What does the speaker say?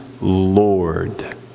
Lord